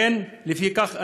לפיכך,